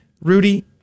Rudy